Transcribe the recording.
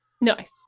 Nice